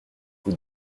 vous